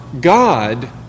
God